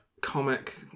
Comic